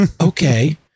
okay